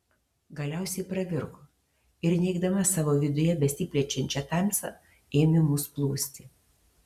galiausiai pravirko ir neigdama savo viduje besiplečiančią tamsą ėmė mus plūsti